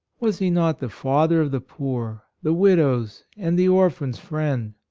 was he not the father of the poor, the widow's and the orphan's friend?